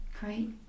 Great